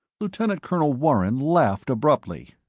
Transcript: lieutenant colonel warren laughed abruptly.